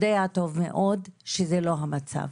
יודע טוב מאוד שזה לא המצב,